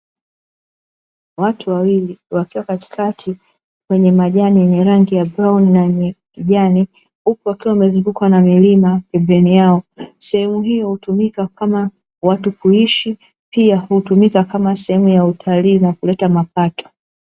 Watu wawili wakiwa katikati kwenye majani yenye rangi ya brauni na ya kijani huku wakiwa wamezungukwa na milima pembeni yao. Sehemu hiyo hutumika kama watu kuishi pia hutumika kama sehemu ya utalii na kuleta mapato.